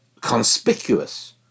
conspicuous